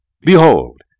Behold